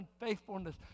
unfaithfulness